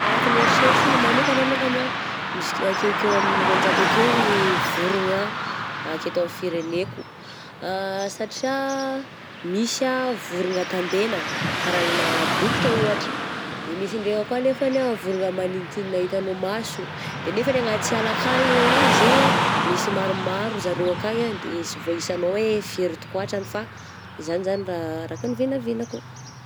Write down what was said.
Araka ny eritreritro manokany longany ah, misy ki-akeokeo amin'ny roanjato akeo i vorogna aketo amin'ny fireneko, satria misy ah vorogna tandenagna kara na dokotra ohatra, de misy ndraika koa anefany ah vorogna manintina hitanao maso, de nefany anaty ala akagny hoagny zegny ah misy maromaro zareo akagny ah, de sy voahisanao hoe firy tokoàtrany fa zany zany raha araka ny vinavinako.